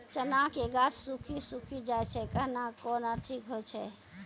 चना के गाछ सुखी सुखी जाए छै कहना को ना ठीक हो छै?